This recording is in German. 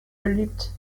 beliebt